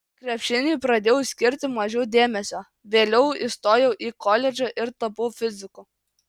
krepšiniui pradėjau skirti mažiau dėmesio vėliau įstojau į koledžą ir tapau fiziku